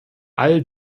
all